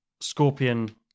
scorpion